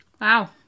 Wow